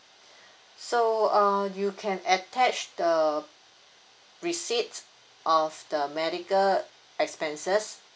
so uh you can attach the receipt of the medical expenses